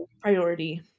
priority